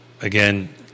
Again